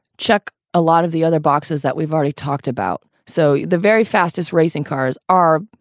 check a lot of the other boxes that we've already talked about. so the very fastest racing cars are,